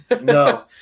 No